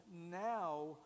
now